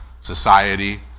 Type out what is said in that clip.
society